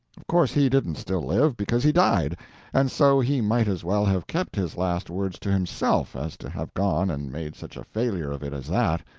of course he didn't still live, because he died and so he might as well have kept his last words to himself as to have gone and made such a failure of it as that.